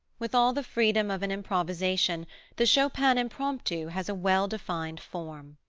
with all the freedom of an improvisation the chopin impromptu has a well defined form.